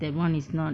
that one is not